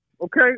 Okay